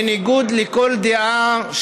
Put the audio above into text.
בניגוד לכל דעה,